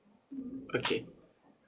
okay